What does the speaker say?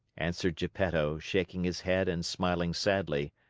answered geppetto, shaking his head and smiling sadly.